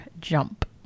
Jump